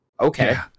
okay